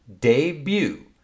debut